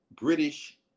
british